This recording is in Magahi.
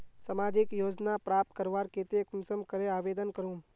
सामाजिक योजना प्राप्त करवार केते कुंसम करे आवेदन करूम?